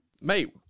Mate